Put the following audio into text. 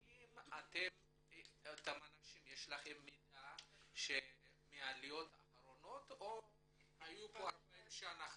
האם יש לכם מידע מהעליות האחרונות או כאלה שהם כאן 40 או 50 שנה?